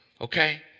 okay